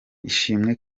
ishimwe